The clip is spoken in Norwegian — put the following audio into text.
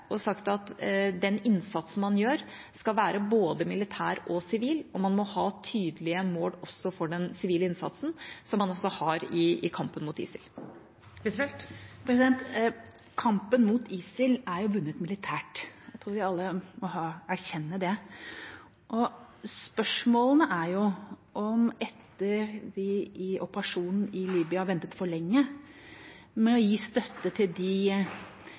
og sagt at den innsatsen man gjør, skal være både militær og sivil, og man må ha tydelige mål også for den sivile innsatsen, slik man også har i kampen mot ISIL. Kampen mot ISIL er vunnet militært. Jeg tror vi alle må erkjenne det. Spørsmålet er om vi etter operasjonen i Libya ventet for lenge med å gi støtte til de